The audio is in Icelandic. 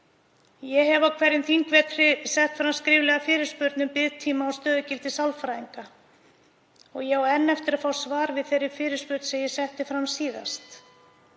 Ég hef á hverjum þingvetri lagt fram skriflega fyrirspurn um biðtíma og stöðugildi sálfræðinga. Ég á enn eftir að fá svar við þeirri fyrirspurn sem ég lagði fram síðast.